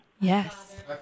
Yes